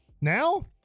now